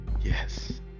Yes